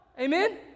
Amen